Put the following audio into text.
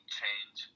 change